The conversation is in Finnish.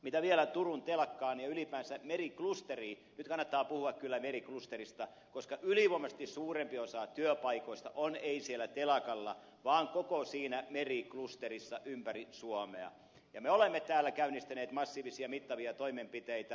mitä vielä turun telakkaan ja ylipäänsä meriklusteriin tulee nyt kannattaa puhua kyllä meriklusterista koska ylivoimaisesti suurempi osa työpaikoista on ei siellä telakalla vaan koko siinä meriklusterissa ympäri suomea me olemme täällä käynnistäneet massiivisia mittavia toimenpiteitä